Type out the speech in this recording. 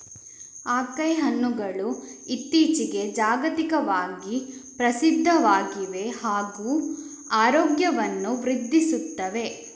acai ಹಣ್ಣುಗಳು ಇತ್ತೀಚಿಗೆ ಜಾಗತಿಕವಾಗಿ ಪ್ರಸಿದ್ಧವಾಗಿವೆ ಹಾಗೂ ಆರೋಗ್ಯವನ್ನು ವೃದ್ಧಿಸುತ್ತವೆ